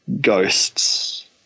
ghosts